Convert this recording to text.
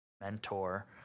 mentor